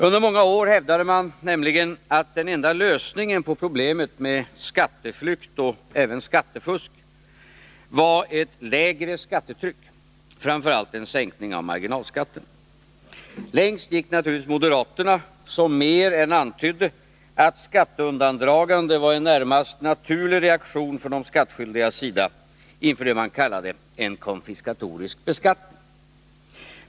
Under många år hävdade man nämligen att den enda lösningen på problemet med skatteflykt och även skattefusk var ett lägre skattetryck, framför allt en sänkning av marginalskatten. Längst gick naturligtvis moderaterna, som mer än antydde att skatteundandragande var en närmast naturlig reaktion från de skattskyldigas sida inför det man kallade en konfiskatorisk beskattning.